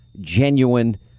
genuine